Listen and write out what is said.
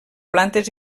plantes